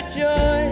joy